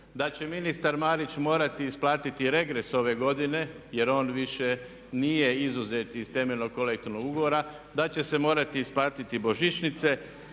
da će ministar Marić morati isplatiti regres ove godine jer on više nije izuzet iz temeljnog kolektivnog ugovora, da će se morati isplatiti božićnice.